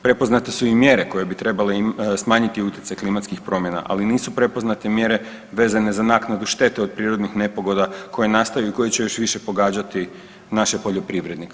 Prepoznate su i mjere koje bi trebale smanjiti utjecaj klimatskih promjena, ali nisu prepoznate mjere vezane za naknadu štete od prirodnih nepogoda koje nastaju i koje će još više pogađati naše poljoprivrednike.